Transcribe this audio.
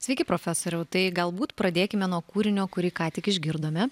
sveiki profesoriau tai galbūt pradėkime nuo kūrinio kurį ką tik išgirdome